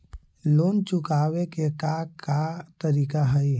Loan चुकावे के का का तरीका हई?